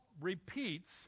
repeats